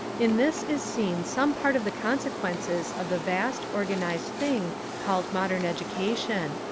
in this is seen some part of the consequences of the vast, organised thing called modern edu cation.